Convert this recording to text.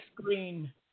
screen